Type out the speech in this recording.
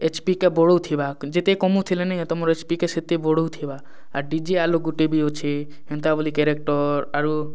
H P କେ ବଢ଼ଉଥିବା ଯେତେ କମଉଥିଲେ ନେ ତୁମର୍ ଏଚ୍ ପି କେ ସେତେ ବଢ଼ଉଥିବା ଆର୍ ଡି ଜେ ଆଲୋକ ଗୁଟେ ବି ଅଛେ ହେନ୍ତା ବୋଲି କାରେକ୍ଟର୍ ଆରୁ